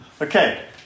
Okay